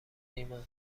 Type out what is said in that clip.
ایمان